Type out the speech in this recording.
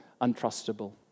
untrustable